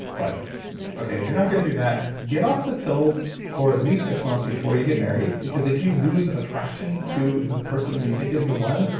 but okay, if you're not going to do that, get off the pill for at least six months before you get married, because if you loose attraction to the person that you think is the one,